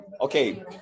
Okay